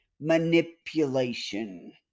manipulation